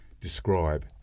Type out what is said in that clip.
describe